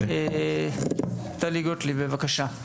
בבקשה.